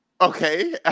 okay